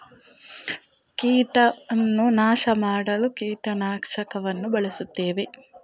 ಕೃಷಿ ಮಾಡುವಲ್ಲಿ ಕೀಟನಾಶಕದ ಉಪಯೋಗದ ಬಗ್ಗೆ ತಿಳಿ ಹೇಳಿ